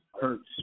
hurts